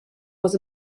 was